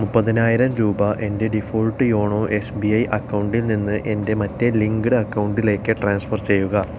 മുപ്പതിനായിരം രൂപ എൻ്റെ default YONO S B I അക്കൗണ്ടിൽ നിന്ന് എൻ്റെ മറ്റേ ലിങ്ക്ഡ് അക്കൗണ്ടിലേക്ക് ട്രാൻസ്ഫർ ചെയ്യുക